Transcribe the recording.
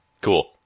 Cool